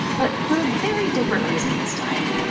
but for very different reasons this time.